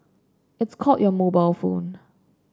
it's called your mobile phone